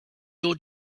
your